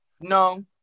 No